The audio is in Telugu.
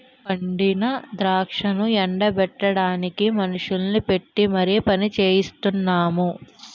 పండిన ద్రాక్షను ఎండ బెట్టడానికి మనుషుల్ని పెట్టీ మరి పనిచెయిస్తున్నాము